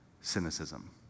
cynicism